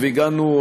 והגענו,